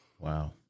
Wow